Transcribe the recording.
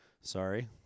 sorry